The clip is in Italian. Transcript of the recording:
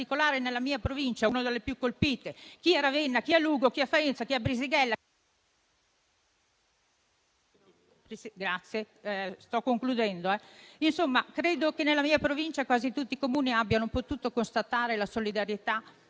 In conclusione, credo che nella mia provincia quasi tutti i Comuni abbiano potuto constatare la solidarietà